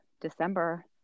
December